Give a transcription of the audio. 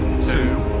two,